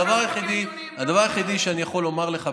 הדבר היחיד שאני יכול לומר לך,